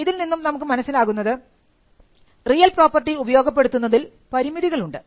ഇതിൽ നിന്നും നമുക്ക് മനസ്സിലാകുന്നത് റിയൽ പ്രോപ്പർട്ടി ഉപയോഗപ്പെടുത്തുന്നതിൽ പരിമിതികളുണ്ട്